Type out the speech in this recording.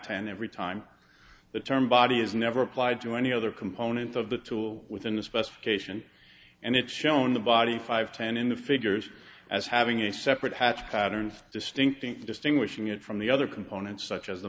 ten every time the term body is never applied to any other component of the tool within a specification and it shone the body five ten in the figures as having a separate hatch patterns distinct distinguishing it from the other components such as the